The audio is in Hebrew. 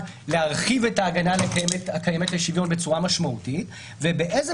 להרחיב את ההגנה הקיימת לשוויון בצורה משמעותית ובאיזו